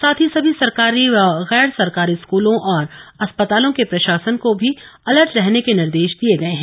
साथ ही सभी सरकारी व गैर सरकारी स्कूलों और अस्पतालों के प्र ाासन को भी अलर्ट रहने के निर्देश दिए गए हैं